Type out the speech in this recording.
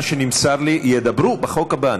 מה שנמסר לי, ידברו בחוק הבא.